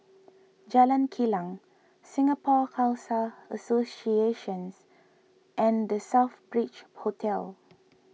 Jalan Kilang Singapore Khalsa Associations and the Southbridge Hotel